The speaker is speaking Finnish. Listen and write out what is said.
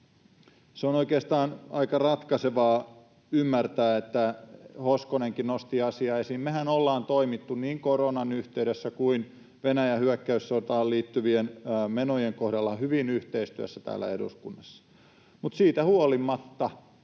Se on oikeastaan aika ratkaisevaa ymmärtää, Hoskonenkin nosti asian esiin. Mehän ollaan toimittu niin koronan yhteydessä kuin Venäjän hyökkäyssotaan liittyvien menojen kohdalla hyvin yhteistyössä täällä eduskunnassa, mutta siitä huolimatta